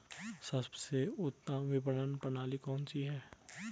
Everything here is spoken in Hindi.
सबसे उत्तम विपणन प्रणाली कौन सी है?